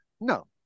No